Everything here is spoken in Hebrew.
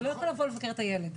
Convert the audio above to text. אתה לא יכול לבוא לבקר את הילד.